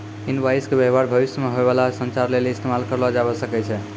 invoice के व्य्वहार भविष्य मे होय बाला संचार लेली इस्तेमाल करलो जाबै सकै छै